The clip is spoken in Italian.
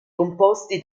composti